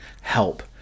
help